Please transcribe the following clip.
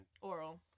oral